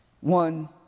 one